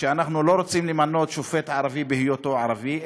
אנחנו לא רוצים למנות שופט ערבי בהיותו ערבי,